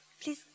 Please